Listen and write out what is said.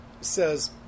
says